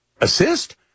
Assist